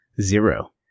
zero